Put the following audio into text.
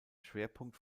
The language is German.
schwerpunkt